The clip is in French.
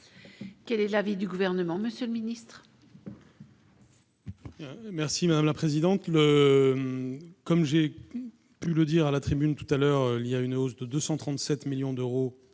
Quel est l'avis du Gouvernement, monsieur le ministre. Merci madame la présidente, le comme j'ai pu le dire à la tribune tout à l'heure, il y a une hausse de 237 millions d'euros